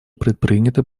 предприняты